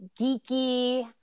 geeky